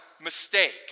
mistake